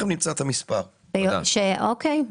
באמצע אוקטובר,